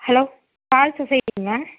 hello பால் சொஸைட்டிங்களா